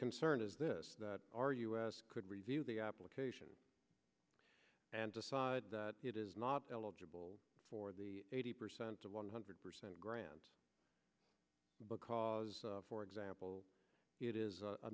concern is this that our u s could review the application and decide that it is not eligible for the eighty percent of one hundred percent grants because for example it is a